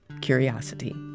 curiosity